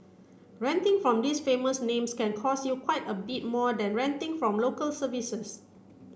renting from these famous names can cost you quite a bit more than renting from Local Services